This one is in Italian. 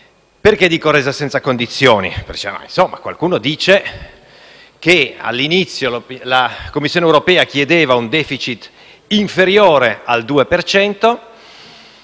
Parlo di resa senza condizioni, anche se qualcuno dice che all'inizio la Commissione chiedeva un *deficit* inferiore al 2